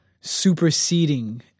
superseding